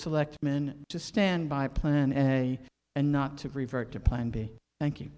selectmen to stand by plan and a and not to revert to plan b thank you